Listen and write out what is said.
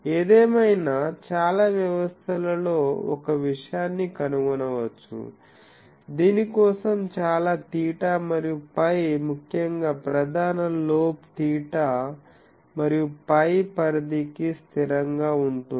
ఏదేమైనా చాలా వ్యవస్థలలో ఒక విషయాన్ని కనుగొనవచ్చు దీని కోసం చాలా తీటా మరియు π ముఖ్యంగా ప్రధాన లోబ్ తీటా మరియు π పరిధికి స్థిరంగా ఉంటుంది